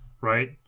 Right